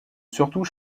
surtout